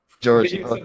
George